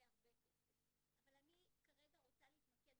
אבל אני כרגע רוצה להתמקד,